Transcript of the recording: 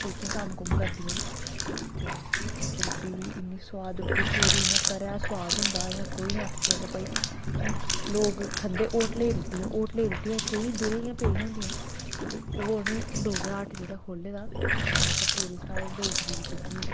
जेह्कियां कम्म कुम्म करदियां न ते रुट्टी बी इन्नी सोआद रुट्टी पूरी इ'यां घरै दा सोआद होंदा इ'यां कोई निं आक्खी सकदा भाई हून लोग खंदे होटलै दी रुट्टियां होटलै दी रुट्टियां केईं दिनें दियां पेदियां होंदियां ते ओह् उ'नें डोगरा हट जेह्ड़ा खोल्ले दा मतलब पूरी साढ़ी डोगरें दी जेह्की